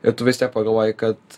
ir tu vis tiek pagalvoji kad